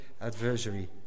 adversary